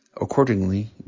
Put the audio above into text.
Accordingly